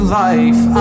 life